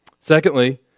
Secondly